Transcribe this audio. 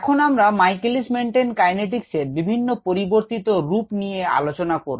এখন আমরা Michaelis Menten kinetics এর বিভিন্ন পরিবর্তিত রূপ নিয়ে আলোচনা করব